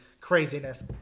craziness